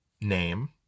name